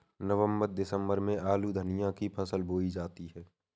नवम्बर दिसम्बर में आलू धनिया की फसल बोई जाती है?